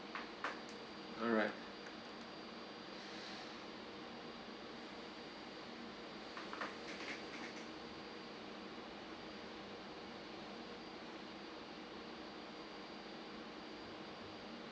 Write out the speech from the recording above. alright